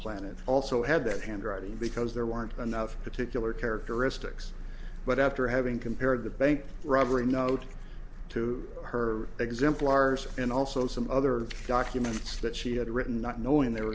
planet also had that handwriting because there weren't enough particular characteristics but after having compared the bank robbery note to her exemplars and also some other documents that she had written not knowing th